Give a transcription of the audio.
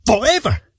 forever